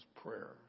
prayer